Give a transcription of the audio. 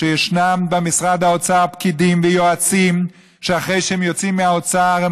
שישנם במשרד האוצר פקידים ויועצים שאחרי שהם יוצאים מהאוצר הם